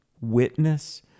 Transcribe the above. witness